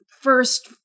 first